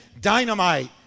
dynamite